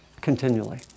continually